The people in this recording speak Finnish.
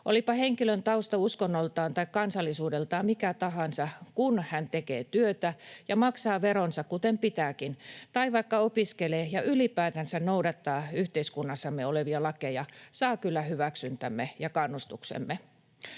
Olipa henkilön tausta uskonnoltaan tai kansallisuudeltaan mikä tahansa, kun hän tekee työtä ja maksaa veronsa kuten pitääkin tai vaikka opiskelee ja ylipäätänsä noudattaa yhteiskunnassamme olevia lakeja, hän saa kyllä hyväksyntämme ja kannustuksemme.